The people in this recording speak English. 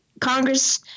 Congress